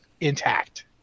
intact